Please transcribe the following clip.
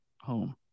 home